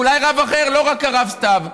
אולי רב אחר, לא רק הרב סתיו,